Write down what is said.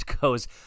goes